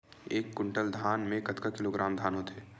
एक कुंटल धान में कतका किलोग्राम धान होथे?